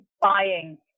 buying